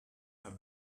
are